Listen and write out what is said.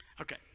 Okay